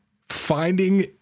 finding